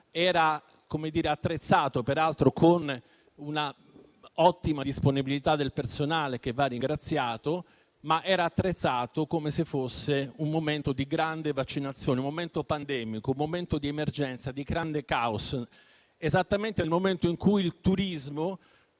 Catania era attrezzato, peraltro con una ottima disponibilità del personale che va a ringraziato, come se fosse un momento di grandi vaccinazioni, un momento pandemico, un momento di emergenza, di grande caos. Tutto questo esattamente nel momento in cui il turismo